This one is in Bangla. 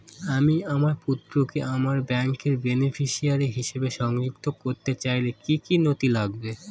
আমি আমার পুত্রকে আমার ব্যাংকের বেনিফিসিয়ারি হিসেবে সংযুক্ত করতে চাইলে কি কী নথি লাগবে?